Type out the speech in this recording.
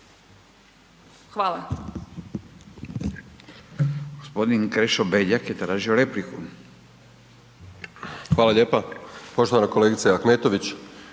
Hvala.